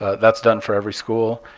that's done for every school.